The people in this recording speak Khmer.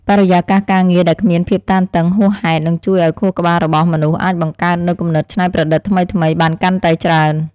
បរិយាកាសការងារដែលគ្មានភាពតានតឹងហួសហេតុនឹងជួយឱ្យខួរក្បាលរបស់មនុស្សអាចបង្កើតនូវគំនិតច្នៃប្រឌិតថ្មីៗបានកាន់តែច្រើន។